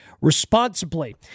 responsibly